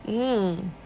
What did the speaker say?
mm